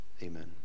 Amen